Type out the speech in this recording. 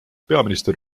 peaminister